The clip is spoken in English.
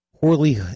poorly